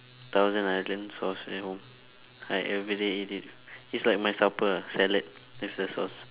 thousand island sauce at home I everyday eat it it's like my supper ah salad with the sauce